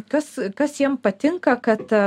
kas kas jiem patinka kad